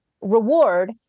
reward